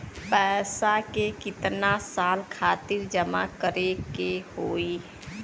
पैसा के कितना साल खातिर जमा करे के होइ?